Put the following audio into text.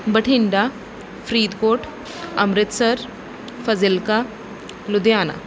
Bathinda Faridkot Amritsar Fazilka Ludhiana